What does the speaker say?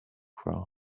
craft